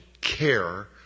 care